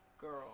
girl